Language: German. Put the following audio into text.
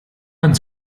ins